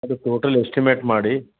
ಅದು total estimate ಮಾಡಿ